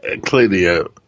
clearly